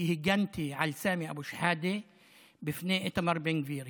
כי הגנתי על סמי אבו שחאדה מפני איתמר בן גביר.